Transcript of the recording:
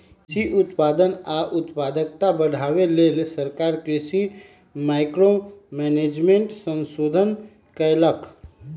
कृषि उत्पादन आ उत्पादकता बढ़ाबे लेल सरकार कृषि मैंक्रो मैनेजमेंट संशोधन कएलक